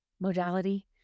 modality